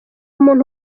umuti